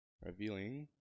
revealing